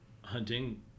hunting